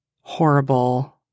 horrible